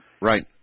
Right